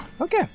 Okay